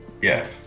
Yes